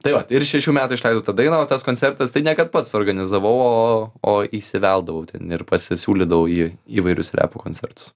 tai vat ir šešių metų išleidau tą dainą o tas koncertas tai niekad pats suorganizavau o o įsiveldavau ten ir pasisiūlydavau į įvairius repo koncertus